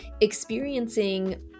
experiencing